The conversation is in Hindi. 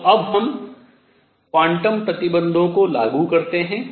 तो अब हम क्वांटम प्रतिबंधों को लागू करते हैं